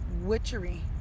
witchery